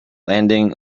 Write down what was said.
landing